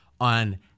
on